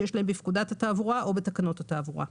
שיש להם בפקודת התעבורה או בתקנות התעבורה.